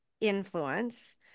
Influence